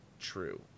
true